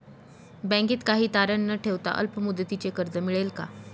बँकेत काही तारण न ठेवता अल्प मुदतीचे कर्ज मिळेल का?